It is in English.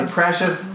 precious